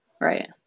Right